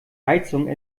heizung